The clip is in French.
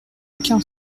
aucun